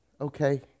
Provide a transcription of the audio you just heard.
okay